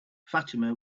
fatima